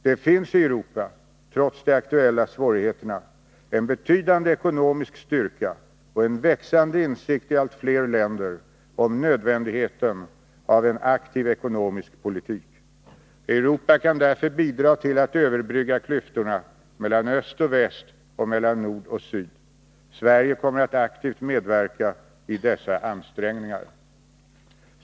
Det finns i Europa, trots de aktuella svårigheterna, en betydande ekonomisk styrka och en växande insikt i allt fler länder om nödvändigheten av en aktiv ekonomisk politik. Europa kan därför bidra till att överbrygga klyftorna mellan öst och väst och mellan nord och syd. Sverige kommer att aktivt medverka i dessa ansträngningar.